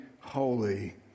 holy